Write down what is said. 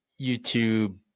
YouTube